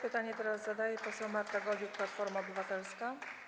Pytanie teraz zadaje poseł Marta Golbik, Platforma Obywatelska.